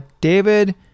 david